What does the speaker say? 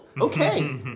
Okay